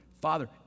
Father